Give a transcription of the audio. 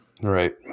Right